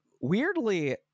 weirdly